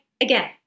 again